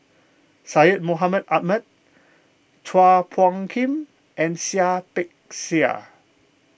Syed Mohamed Ahmed Chua Phung Kim and Seah Peck Seah